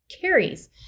carries